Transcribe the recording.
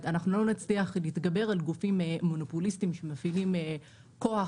לא נצליח להתגבר על גופים מונופוליסטיים שמפעילים כוח,